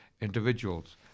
individuals